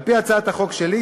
על-פי הצעת החוק שלי,